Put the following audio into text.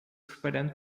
preparando